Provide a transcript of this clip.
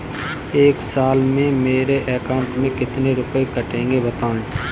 एक साल में मेरे अकाउंट से कितने रुपये कटेंगे बताएँ?